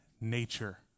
nature